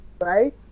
right